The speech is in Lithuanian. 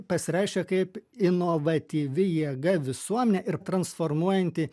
pasireiškia kaip inovatyvi jėga visuomenė ir transformuojanti